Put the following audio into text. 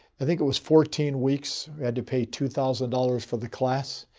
i think it was fourteen weeks. i had to pay two thousand dollars for the class.